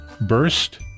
Burst